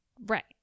right